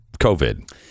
COVID